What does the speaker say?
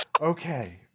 Okay